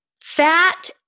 fat